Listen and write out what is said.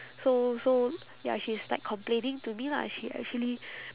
so so ya she's like complaining to me lah she actually